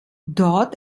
dort